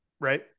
right